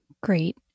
Great